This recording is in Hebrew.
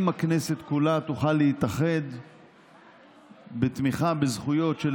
אם הכנסת כולה תוכל להתאחד בתמיכה בזכויות של